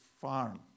farm